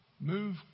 move